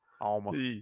Alma